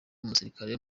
umusirikare